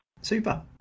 super